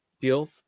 deal